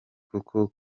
kuko